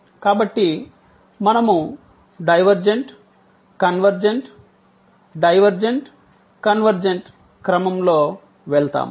కాబట్టి మనము divergent convergent divergent convergent క్రమంలో వెళ్తాము